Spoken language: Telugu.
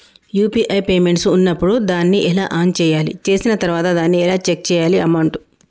యూ.పీ.ఐ పేమెంట్ ఉన్నప్పుడు దాన్ని ఎలా ఆన్ చేయాలి? చేసిన తర్వాత దాన్ని ఎలా చెక్ చేయాలి అమౌంట్?